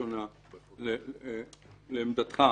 שונה לעמדתך: